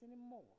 anymore